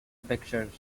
pictures